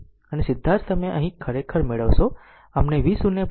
અને સીધા જ તમે અહીં ખરેખર મેળવશો અમને V0 4 i0